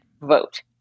vote